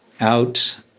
out